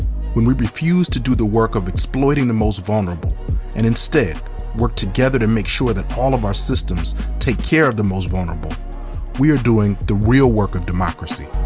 when we refuse to do the work of exploiting the most vulnerable and instead work together to make sure that all of our systems take care of the most vulnerable we are doing the real work of democracy.